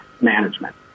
management